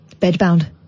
Bedbound